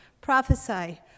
prophesy